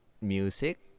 music